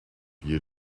you